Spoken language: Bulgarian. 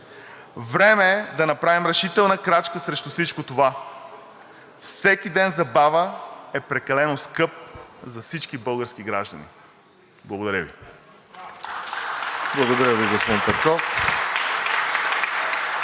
Време е да направим решителна крачка срещу всичко това. Всеки ден забава е прекалено скъп за всички български граждани. Благодаря Ви.